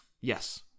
Yes